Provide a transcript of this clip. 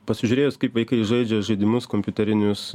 pasižiūrėjus kaip vaikai žaidžia žaidimus kompiuterinius